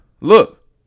Look